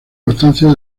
constancia